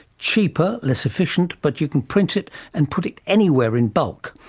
cheaper, less efficient, but you can print it and put it anywhere in bulk.